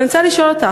ואני רוצה לשאול אותך,